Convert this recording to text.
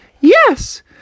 yes